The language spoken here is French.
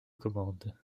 commandes